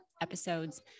episodes